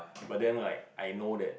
but then like I know that